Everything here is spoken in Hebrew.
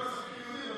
למה, ציונים?